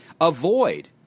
avoid